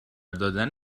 دادن